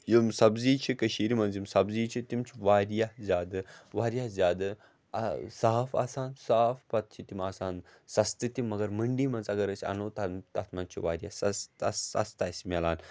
یِم سبزی چھِ کٔشیٖرِ منٛز یِم سبزی چھِ تِم چھِ واریاہ زیادٕ واریاہ زیادٕ صاف آسان صاف پَتہٕ چھِ تِم آسان سَستہٕ تہِ مگر مٔنٛڈی منٛز اگر أسۍ اَنو تَتھ منٛز چھُ واریاہ سَستہٕ سَستہٕ اَسہِ ملان